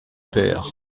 père